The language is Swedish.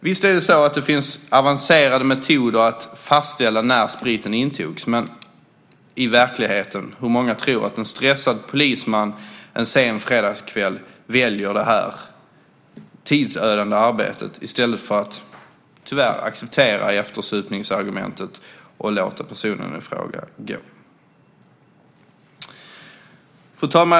Visst finns det avancerade metoder att fastställa när spriten intogs. Men hur många tror att en stressad polisman en sen fredagskväll väljer det tidsödande arbetet i stället för att tyvärr acceptera eftersupningsargumentet och låta personen i fråga gå? Fru talman!